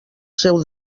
seu